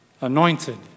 anointed